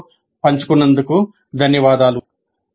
com లో పంచుకున్నందుకు ధన్యవాదాలు